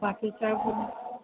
बाकीचं